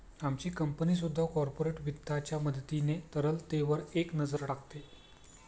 आमची कंपनी सुद्धा कॉर्पोरेट वित्ताच्या मदतीने तरलतेवर एक नजर टाकते